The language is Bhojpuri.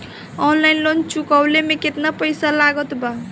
ऑनलाइन लोन चुकवले मे केतना पईसा लागत बा?